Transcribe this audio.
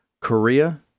Korea